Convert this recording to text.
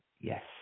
Yes